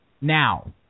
Now